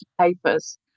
papers